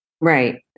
Right